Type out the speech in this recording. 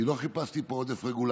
אני לא חיפשתי פה עודף רגולציה,